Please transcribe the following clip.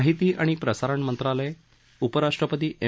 माहिती आणि प्रसारण मंत्रालय उपराष्ट्रपती एम